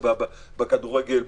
בכדורגל,